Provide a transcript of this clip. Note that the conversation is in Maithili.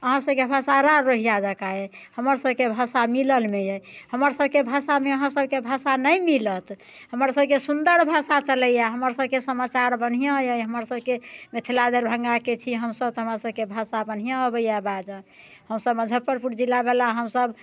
अहाँ सबके भाषा राड़ रोहिया जेकाँ अइ हमर सबके भाषा मिललमे अइ हमर सबके भाषामे अहाँ सबके भाषा नहि मिलत हमर सबके सुन्दर भाषा चलैये हमर सबके समाचार बढ़िआँ अइ हमर सबके मिथिला दरभंगाके छी हमसब तऽ हमर सबके भाषा बढ़िआँ अबैये बाजऽ हमसब मुजफ्फरपुर जिलावला हमसब